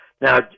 Now